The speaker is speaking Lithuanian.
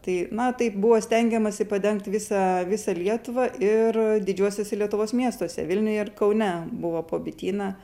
tai na taip buvo stengiamasi padengti visą visą lietuvą ir didžiuosiuose lietuvos miestuose vilniuje ir kaune buvo po bityną